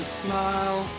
smile